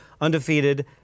undefeated